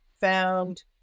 found